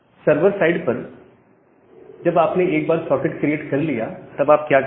server side पर जब आपने एक बार सॉकेट क्रिएट कर लिया तब आप क्या कर सकते हैं